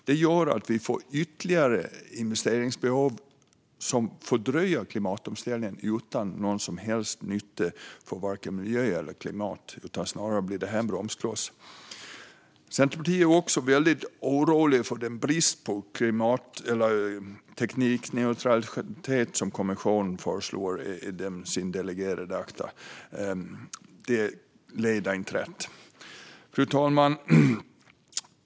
Det gör att vi får ytterligare investeringsbehov som fördröjer klimatomställningen utan någon som helst nytta för vare sig miljö eller klimat. Snarare blir det en bromskloss. Centerpartiet oroas också av bristen på teknikneutralitet i kommissionens förslag till delegerade akter. Det leder inte rätt. Fru talman!